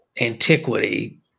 antiquity